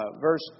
verse